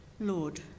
Lord